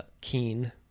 keen